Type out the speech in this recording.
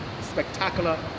spectacular